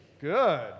Good